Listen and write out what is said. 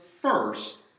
first